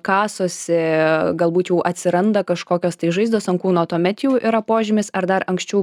kasosi galbūt jau atsiranda kažkokios tai žaizdos ant kūno tuomet jau yra požymis ar dar anksčiau